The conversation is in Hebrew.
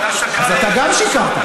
אז אתה גם שיקרת,